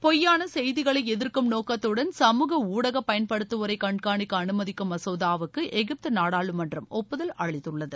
பொய்யான செய்திகளை எதிர்க்கும் நோக்கத்துடன் சமூக ஊடக பயன்படுத்துவோரை கண்காணிக்க அனுமதிக்கும் மசோதாவுக்கு எகிப்து நாடாளமன்றம் ஒப்புதல் அளித்துள்ளது